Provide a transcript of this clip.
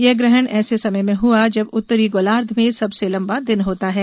यह ग्रहण ऐसे समय में हुआ जब उत्तरी गोलार्ध में सबसे लंबा दिन होता है